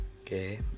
Okay